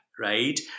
Right